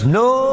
no